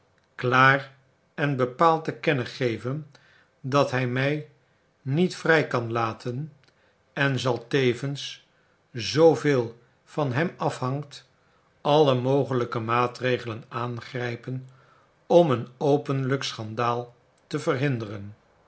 klaar en bepaald te kennen geven dat hij mij niet vrij kan laten en zal tevens zooveel van hem afhangt alle mogelijke maatregelen aangrijpen om een openlijk schandaal te verhinderen